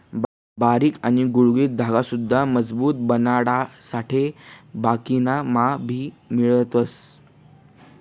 बारीक आणि गुळगुळीत धागा सुद्धा मजबूत बनाडासाठे बाकिना मा भी मिळवतस